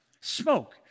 Smoke